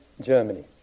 Germany